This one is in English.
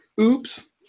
oops